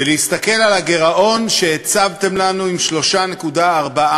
ולהסתכל על הגירעון שהצבתם לנו, עם 3.4%,